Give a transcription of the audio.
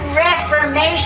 reformation